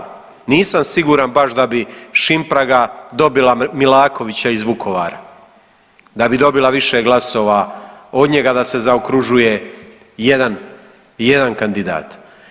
Nisam siguran baš da bi Šimpraga dobila Milakovića iz Vukovara, da bi dobila više glasova od njega da se zaokružuje jedan, jedan kandidat.